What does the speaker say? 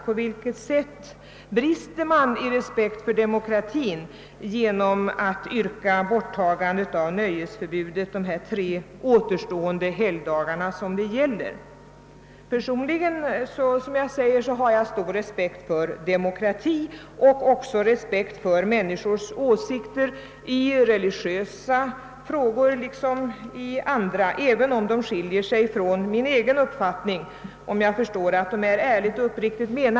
På vilket sätt brister man i respekt för cemokratin genom att yrka på borttagande av nöjesförbudet de tre helgdagar där detta ännu kvarstår? Personligen har jag stor respekt för demokratin och även för människors ärliga och uppriktiga åsikter i religiösa och andra frågor, även om dessa skiljer sig från min egen uppfattning.